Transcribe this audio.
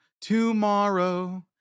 tomorrow